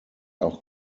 auch